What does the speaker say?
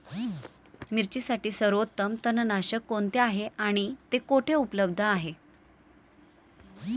मिरचीसाठी सर्वोत्तम तणनाशक कोणते आहे आणि ते कुठे उपलब्ध आहे?